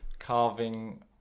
carving